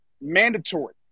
mandatory